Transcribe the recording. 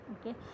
okay